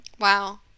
wow